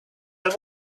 i’ve